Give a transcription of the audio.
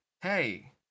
Hey